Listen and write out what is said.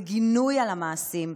לגינוי על המעשים,